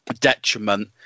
detriment